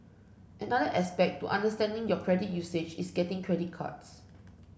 another aspect to understanding your credit usage is getting credit cards